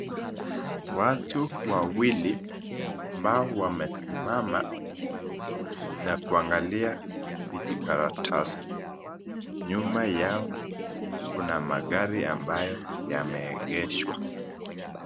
Watu wawili ambao wamesimama na kuangalia kijikaratasi nyuma yao kuna magari ambayo yameegeshwa.